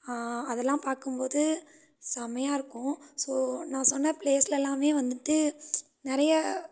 அதெல்லாம் பார்க்கும்போது செமையாக இருக்கும் ஸோ நான் சொன்ன ப்ளேஸ்ல எல்லாருமே வந்துட்டு நிறைய